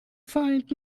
feind